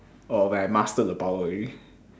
or when I master the power already